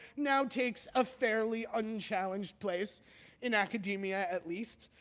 now takes a fairly unchallenged place in academia, at least,